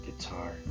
guitar